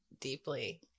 deeply